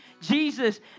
Jesus